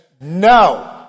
no